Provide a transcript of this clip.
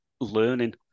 learning